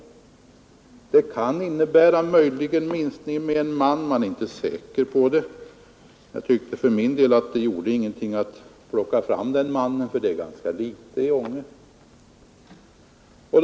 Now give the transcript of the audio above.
Möjligen kan det innebära minskning med en man, men man är inte säker på det. Jag tyckte för min del att det inte kunde göra något att plocka fram den mannen i svaret, för ett bortfall av en man är i alla fall ganska litet i Ange.